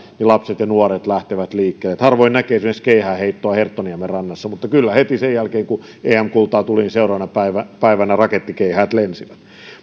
lapset ja nuoret lähtevät liikkeelle harvoin näkee esimerkiksi keihäänheittoa herttoniemenrannassa mutta kyllä heti sen jälkeen kun em kultaa tuli seuraavana päivänä rakettikeihäät lensivät